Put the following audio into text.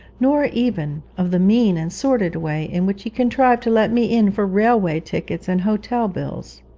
nor even of the mean and sordid way in which he contrived to let me in for railway tickets and hotel bills.